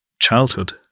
childhood